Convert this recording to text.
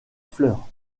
fleur